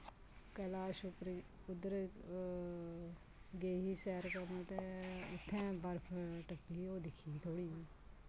कैलाश उप्पर उद्दर गेई ही सैर करन तै उत्थैं बर्फ टपकी ही ओह् दिक्खी ही थोह्ड़ी